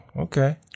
okay